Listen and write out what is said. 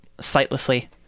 sightlessly